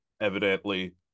Evidently